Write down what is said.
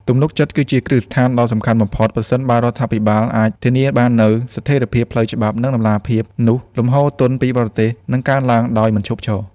ទំនុកចិត្តគឺជាគ្រឹះស្ថានដ៏សំខាន់បំផុត ប្រសិនបើរដ្ឋាភិបាលអាចធានាបាននូវ ស្ថិរភាពផ្លូវច្បាប់ និងតម្លាភាព នោះលំហូរទុនពីបរទេសនឹងកើនឡើងដោយមិនឈប់ឈរ។